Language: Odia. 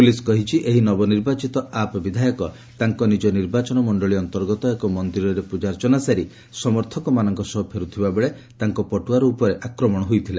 ପୁଲିସ୍ କହିଛି ଏହି ନବ ନିର୍ବାଚିତ ଆପ୍ ବିଧାୟକ ତାଙ୍କ ନିଜ ନିର୍ବାଚନ ମଣ୍ଡଳୀ ଅନ୍ତର୍ଗତ ଏକ ମନ୍ଦିରରେ ପୂଜାର୍ଚ୍ଚନା ସାରି ସମର୍ଥକମାନଙ୍କ ସହ ଫେରୁଥିବାବେଳେ ତାଙ୍କ ପଟୁଆର ଉପରେ ଆକ୍ରମଣ ହୋଇଥିଲା